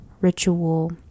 ritual